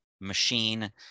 machine